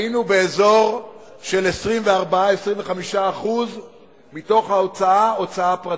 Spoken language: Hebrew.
היינו באזור של 24% 25% מההוצאה, הוצאה פרטית.